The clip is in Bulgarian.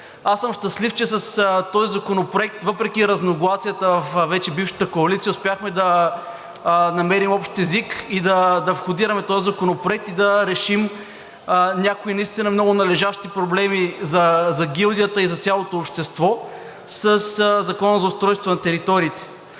Аз съм щастлив, че с този законопроект, въпреки разногласията във вече бившата коалиция, успяхме да намерим общ език и да входираме тези законопроекти и да решим някои наистина много належащи проблеми за гилдията и за цялото общество със Закона за устройство на територията,